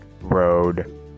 road